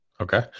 Okay